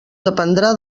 dependrà